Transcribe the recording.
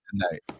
tonight